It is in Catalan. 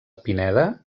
pineda